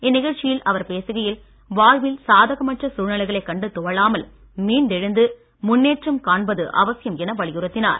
இந்நிகழ்ச்சியில் அவர் பேசுகையில் வாழ்வில் சாதகமற்ற சூழ்நிலைகளைக் கண்டு துவளாமல் மீண்டெழுந்து முன்னேற்றம் காண்பது அவசியம் என வலியுறுத்தினார்